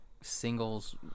singles